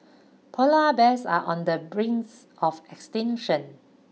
polar bears are on the brings of extinction